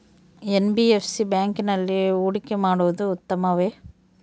NBFC ಬ್ಯಾಂಕಿನಲ್ಲಿ ಹೂಡಿಕೆ ಮಾಡುವುದು ಉತ್ತಮವೆ?